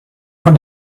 von